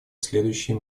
следующие